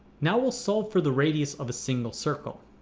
now, we'll solve for the radius of a single circle.